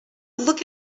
look